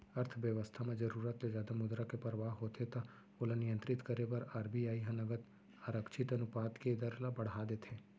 अर्थबेवस्था म जरुरत ले जादा मुद्रा के परवाह होथे त ओला नियंत्रित करे बर आर.बी.आई ह नगद आरक्छित अनुपात के दर ल बड़हा देथे